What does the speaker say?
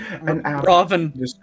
Robin